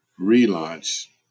relaunch